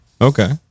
Okay